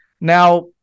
Now